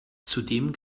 zudem